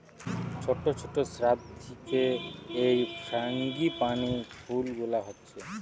ছোট ছোট শ্রাব থিকে এই ফ্রাঙ্গিপানি ফুল গুলা হচ্ছে